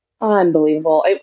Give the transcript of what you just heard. Unbelievable